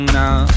now